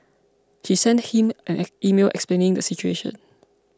she sent him an email explaining the situation